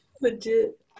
legit